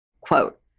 Quote